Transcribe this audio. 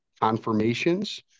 confirmations